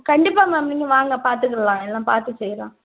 கண்டிப்பாக மேம் நீங்கள் வாங்க பாத்துக்கிலாம் எல்லா பார்த்து செய்யலாம்